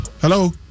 Hello